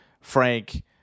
Frank